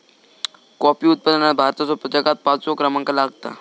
coffee उत्पादनात भारताचो जगात पाचवो क्रमांक लागता